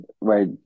Right